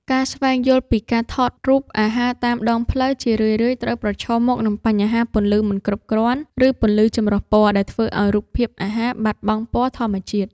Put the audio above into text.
ការស្វែងយល់ពីការថតរូបអាហារតាមដងផ្លូវ ជារឿយៗត្រូវប្រឈមមុខនឹងបញ្ហាពន្លឺមិនគ្រប់គ្រាន់ ឬពន្លឺចម្រុះពណ៌ដែលធ្វើឱ្យរូបភាពអាហារបាត់បង់ពណ៌ធម្មជាតិ។